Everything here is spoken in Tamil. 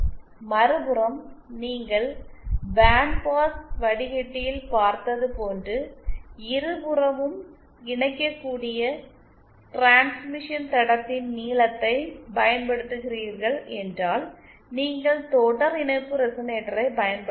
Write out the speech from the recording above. மறுபுறம் நீங்கள் பேண்ட் பாஸ் வடிகட்டியில் பார்த்தது போன்று இருபுறமும் இணைக்கக்கூடிய டிரான்ஸ்மிஷன் தடத்தின் நீளத்தைப் பயன்படுத்துகிறீர்கள் என்றால் நீங்கள் தொடர் இணைப்பு ரெசனேட்டரைப் பயன்படுத்தலாம்